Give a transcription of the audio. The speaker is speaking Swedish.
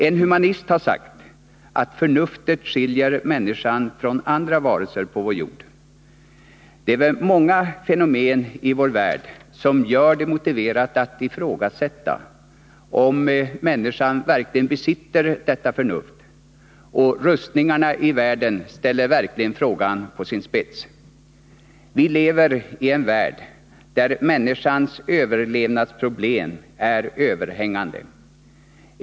En humanist har sagt att förnuftet skiljer människan från andra varelser på vår jord. Det är väl många fenomen i vår värld som gör det motiverat att ifrågasätta om människan verkligen besitter detta förnuft. Rustningarna i världen ställer verkligen frågan på sin spets. Vi lever i en värld där människans överlevnadsproblem är överhängande.